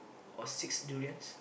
or six durians